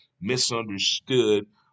misunderstood